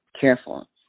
careful